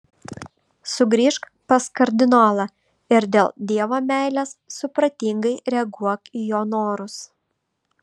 sugrįžk pas kardinolą ir dėl dievo meilės supratingai reaguok į jo norus